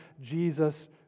Jesus